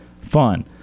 fun